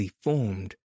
formed